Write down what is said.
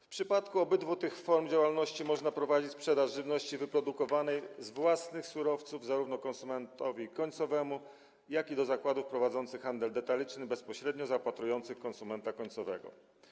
W przypadku obydwu tych form działalności można prowadzić sprzedaż żywności wyprodukowanej z własnych surowców zarówno konsumentowi końcowemu, jak i do zakładów prowadzących handel detaliczny, bezpośrednio zaopatrujących konsumenta końcowego.